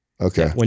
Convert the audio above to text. Okay